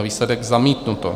Výsledek: zamítnuto.